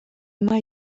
mae